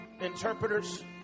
interpreters